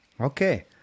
Okay